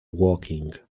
walking